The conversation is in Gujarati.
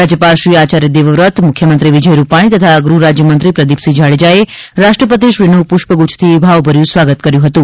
રાજ્યપાલ શ્રી આચાર્ય દેવવ્રત મુખ્યમંત્રી વિજય રૂપાણી તથા ગૃહ રાજ્યમંત્રી પ્રદિપસિંહ જાડેજાએ રાષ્ટ્રપતિશ્રીનું પુષ્પગુચ્છથી ભાવભર્યું સ્વાગત કર્યું હતું